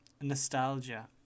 nostalgia